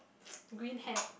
green hat